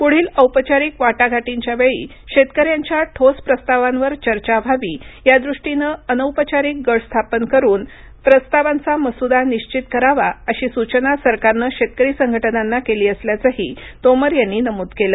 पुढील औपचारिक वाटाघाटींच्या वेळी शेतकऱ्यांच्या ठोस प्रस्तावांवर चर्चा व्हावी यादृष्टीनं अनौपचारिक गट स्थापन करून प्रस्तावाचा मसुदा निश्चित करावा अशी सूचना सरकारनं शेतकरी संघटनांना केली असल्याचंही तोमर यांनी नमूद केलं